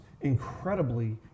incredibly